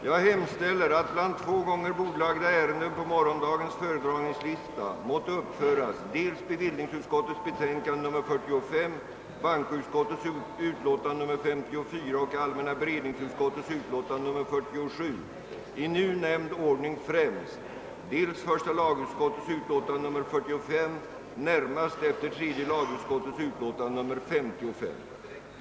Jag hemställer, att bland två gånger bordlagda ärenden på morgondagens föredragningslista måtte uppföras dels bevillningsutskottets betänkande nr 45, bankoutskottets utlåtande nr 534 och allmänna beredningsutskottets utlåtande nr 47 i nu nämnd ordning främst, dels första lagutskottets utlåtande nr 45 närmast efter tredje lagutskottets utlåtande nr 55.